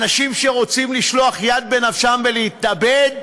אנשים שרוצים לשלוח יד בנפשם ולהתאבד,